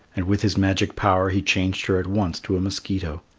and with his magic power he changed her at once to a mosquito.